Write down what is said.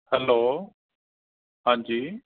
hello ਹਾਂਜੀ